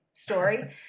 story